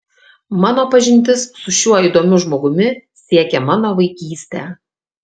mano pažintis su šiuo įdomiu žmogumi siekia mano vaikystę